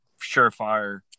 surefire